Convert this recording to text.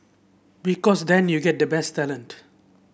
because then you get the best talent